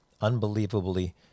Unbelievably